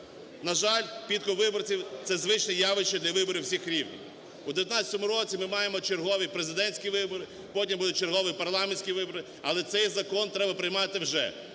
На жаль, підкуп виборців – це звичне явище для виборів всіх рівнів. У 19-му році ми маємо чергові президентські вибори, потім будуть чергові парламентські вибори, але цей закон треба приймати вже.